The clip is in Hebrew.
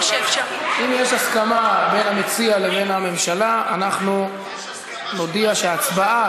אם יש הסכמה בין המציע לבין הממשלה אנחנו נודיע שההצבעה,